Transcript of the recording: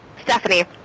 Stephanie